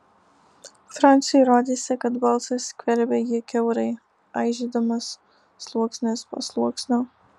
franciui rodėsi kad balsas skverbia jį kiaurai aižydamas sluoksnis po sluoksnio